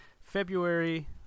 February